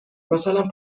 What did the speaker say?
مثلا